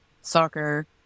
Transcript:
soccer